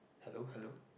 hello hello